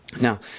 Now